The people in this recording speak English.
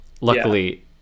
luckily